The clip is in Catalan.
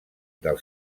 del